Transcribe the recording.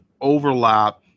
overlap